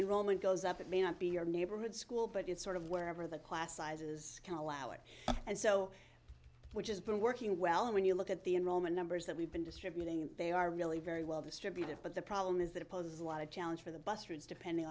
roman goes up it may not be your neighborhood school but it's sort of wherever the class sizes kalau it and so which has been working well and when you look at the enrollment numbers that we've been distributing they are really very well distributed but the problem is that it poses a lot of challenge for the bus routes depending